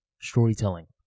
storytelling